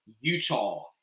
Utah